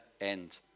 end